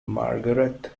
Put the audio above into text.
margaret